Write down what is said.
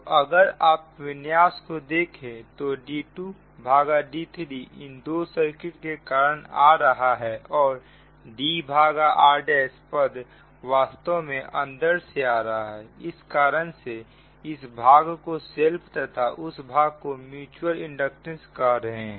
तो अगर आप विन्यास को देखें तो d2d3 इन दो सर्किट के कारण आ रहा है और D भागा r ' पद वास्तव में अंदर से आ रहा है इस कारण से इस भाग को सेल्फ तथा उस भाग को म्युचुअल इंडक्टेंस कह रहे हैं